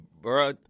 bro